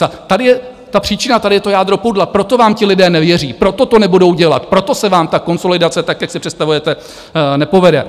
A tady je příčina, tady je jádro pudla, proto vám lidé nevěří, proto to nebudou dělat, proto se vám konsolidace tak, jak si představujete, nepovede.